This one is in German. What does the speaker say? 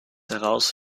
heraus